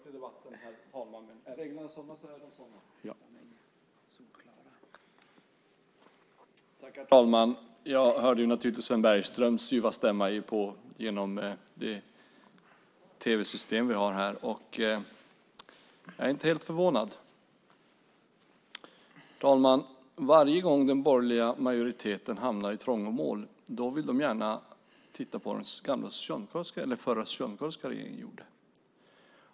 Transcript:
Herr talman! Jag hörde naturligtvis Sven Bergströms ljuva stämma genom tv-systemet, och jag är inte helt förvånad. Varje gång den borgerliga majoriteten hamnar i trångmål vill de gärna titta på vad den förra, socialdemokratiska regeringen gjorde.